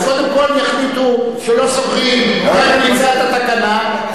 אז קודם כול יחליטו שלא סוגרים ואז נמצא את התקנה,